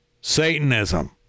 Satanism